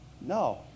No